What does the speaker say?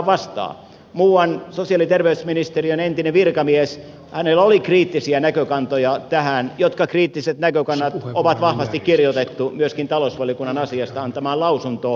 muulla sosiaali ja terveysministeriön entisellä virkamiehellä oli kriittisiä näkökantoja tähän jotka kriittiset näkökannat on vahvasti kirjoitettu myöskin talousvaliokunnan asiasta antamaan lausuntoon